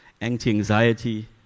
anti-anxiety